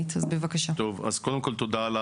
לפי ספרות מחקר שפורסמה בשנים האחרונות,